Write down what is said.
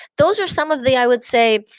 those are some of the, i would say,